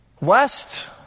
West